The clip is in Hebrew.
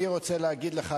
אני רוצה להגיד לך,